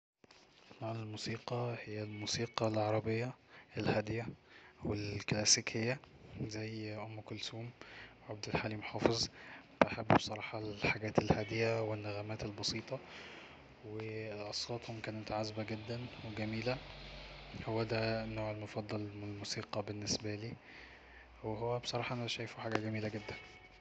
نوع الموسيقى هي الموسيقى العربية الكلاسيكية والهادية زي ام كلثوم وعبد الحليم حافظ بحب بصراحة الحاجات الهادية والنغمات البسيطة واصواتهم كانت عذبة جدا وجميلة ودا النوع المفضل من الموسيقى بالنسبالي وهو بصراحة أنا شايفه حاجة جميلة جدا